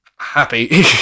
happy